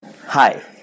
Hi